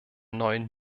neuen